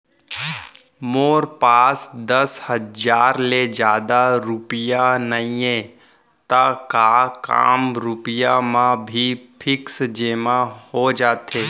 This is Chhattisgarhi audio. मोर पास दस हजार ले जादा रुपिया नइहे त का कम रुपिया म भी फिक्स जेमा हो जाथे?